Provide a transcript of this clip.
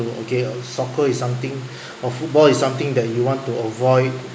again soccer is something or football is something that you want to avoid